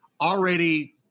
already